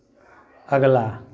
अगला